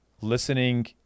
listening